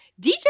DJ